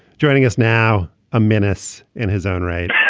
joining us now a menace in his own right